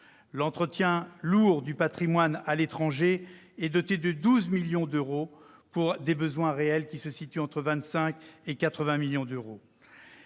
L'entretien lourd du patrimoine à l'étranger est doté de 12 millions d'euros, pour des besoins réels qui se situent entre 25 millions et 80 millions d'euros.